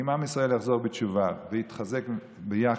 אם עם ישראל יחזור בתשובה ויתחזק ביחד,